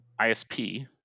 ISP